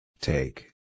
Take